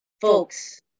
folks